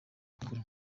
bukuru